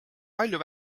palju